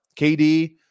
KD